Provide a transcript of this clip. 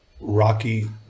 Rocky